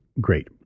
great